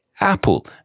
Apple